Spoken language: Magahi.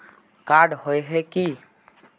कार्ड होय है की?